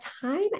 Time